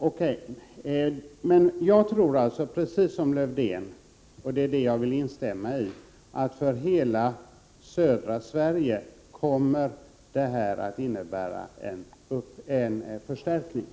Herr talman! Jag tror alltså i likhet med Lars-Erik Lövdén att det är fråga om en förstärkning för hela södra Sverige.